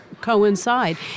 coincide